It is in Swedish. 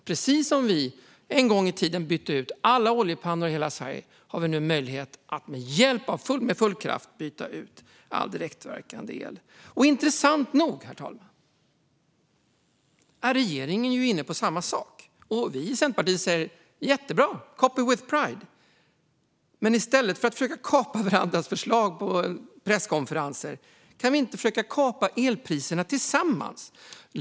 Precis som vi i Sverige en gång i tiden bytte ut alla oljepannor har vi nu möjlighet att med full kraft byta ut all direktverkande el. Herr talman! Intressant nog är regeringen inne på samma sak. Centerpartiet säger: Jättebra, copy with pride. Men i stället för att försöka kapa varandras förslag på presskonferenser kan vi väl försöka kapa elpriserna tillsammans.